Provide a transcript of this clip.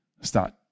start